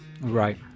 Right